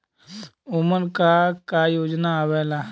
उमन का का योजना आवेला?